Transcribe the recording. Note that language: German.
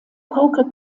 poker